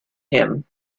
him